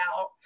out